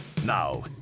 now